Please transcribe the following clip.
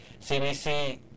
CBC